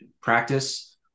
practice